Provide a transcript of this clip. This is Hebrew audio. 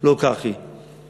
לא כך היא.